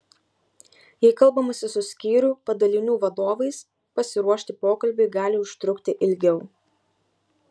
jei kalbamasi su skyrių padalinių vadovais pasiruošti pokalbiui gali užtrukti ilgiau